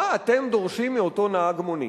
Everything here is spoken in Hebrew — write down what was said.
מה אתם דורשים מאותו נהג מונית?